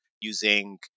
using